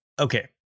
Okay